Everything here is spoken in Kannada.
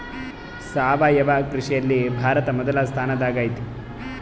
ಸಾವಯವ ಕೃಷಿಯಲ್ಲಿ ಭಾರತ ಮೊದಲ ಸ್ಥಾನದಾಗ್ ಐತಿ